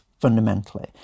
fundamentally